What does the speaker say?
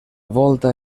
volta